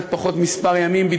מספר ימים,